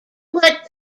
what